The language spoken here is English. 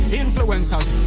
influencers